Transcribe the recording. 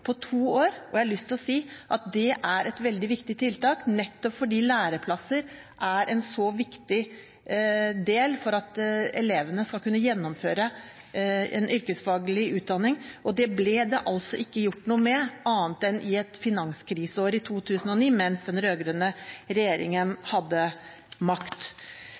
på to år, og jeg har lyst til å si at det er et veldig viktig tiltak nettopp fordi læreplasser er viktig for at elevene skal kunne gjennomføre en yrkesfaglig utdanning. Det ble det altså ikke gjort noe med annet enn i finanskriseåret 2009, mens den rød-grønne regjeringen hadde makt.